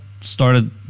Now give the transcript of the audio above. started